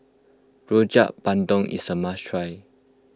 Rojak Bandung is a must try